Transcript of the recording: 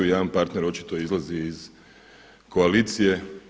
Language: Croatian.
Jedan partner očito izlazi iz koalicije.